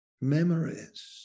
memories